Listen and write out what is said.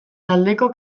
taldeko